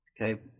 Okay